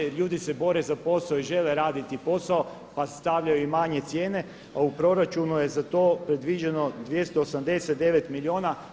Ljudi se bore za posao i žele raditi posao pa stavljaju i manje cijene a u proračunu je za to predviđeno 289 milijuna.